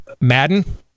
Madden